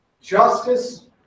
Justice